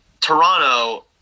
Toronto